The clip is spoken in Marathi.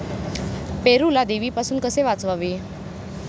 पेरूला देवीपासून कसे वाचवावे?